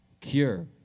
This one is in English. Cure